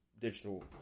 digital